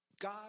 God